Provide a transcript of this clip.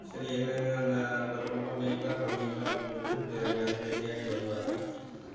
சரி என்னங்க இந்த இந்த விளம்பரம் நீங்கள்தான் பண்ணிங்களா அப்படினு சொல்லி அப்படி எங்களை என்னையத் தேடி வருவாங்க